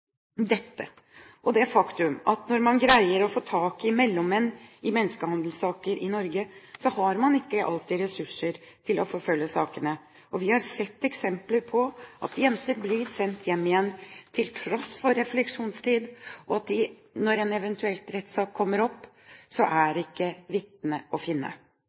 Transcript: faktum at når man greier å få tak i mellommenn i menneskehandelsaker i Norge, har man ikke alltid ressurser til å forfølge sakene. Vi har sett eksempler på at jenter blir sendt hjem igjen – til tross for refleksjonstid – og når en eventuell rettssak kommer opp, er ikke vitnet å finne.